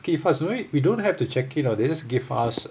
give us no need we don't have to check in you know they just give us